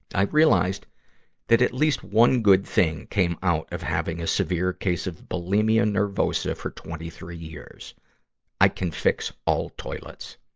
i realized that at least one good thing came out of having a severe case of bulimia nervosa for twenty three years i can fix all toilets.